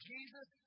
Jesus